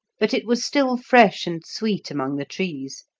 but it was still fresh and sweet among the trees,